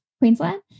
queensland